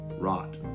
rot